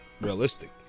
realistic